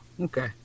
okay